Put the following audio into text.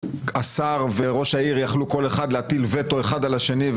השר וראש העיר יכלו כל אחד להטיל וטו אחד על השני,